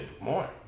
more